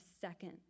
second